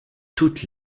toute